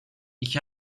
ich